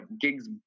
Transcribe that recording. gigs